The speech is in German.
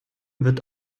wird